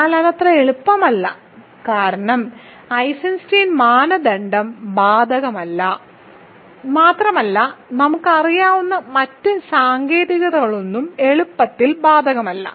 എന്നാൽ അത് അത്ര എളുപ്പമല്ല കാരണം ഐസൻസ്റ്റൈൻ മാനദണ്ഡം ബാധകമല്ല മാത്രമല്ല നമുക്കറിയാവുന്ന മറ്റ് സാങ്കേതികതകളൊന്നും എളുപ്പത്തിൽ ബാധകമല്ല